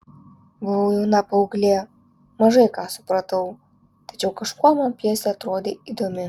buvau jauna paauglė mažai ką supratau tačiau kažkuo man pjesė atrodė įdomi